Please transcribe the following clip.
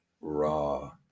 Raw